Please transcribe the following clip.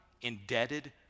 indebted